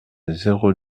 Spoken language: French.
zéro